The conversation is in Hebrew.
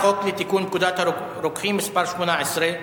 חוק לתיקון פקודת הרוקחים (מס' 18),